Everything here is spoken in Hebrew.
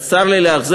אז צר לי לאכזב.